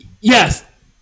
Yes